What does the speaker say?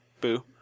boo